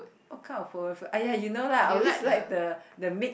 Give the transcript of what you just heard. what kind of polo food !aiya! you know lah I always like the the mix